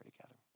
together